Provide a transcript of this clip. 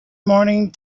morning